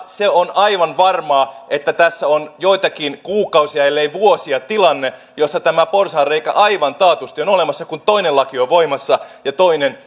se on aivan varmaa että tässä on joitakin kuukausia ellei vuosia tilanne jossa tämä porsaanreikä aivan taatusti on olemassa kun toinen laki on voimassa ja toinen